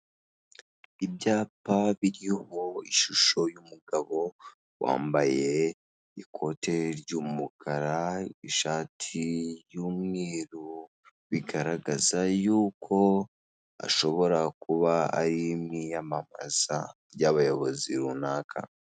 Ibyapa biriho ishusho y'umugabo wambaye ikote ry'umukara, ishati y'umweru bigaragaza yuko ashobora kuba ari mu iyamamaza ry'abayobozi runaka.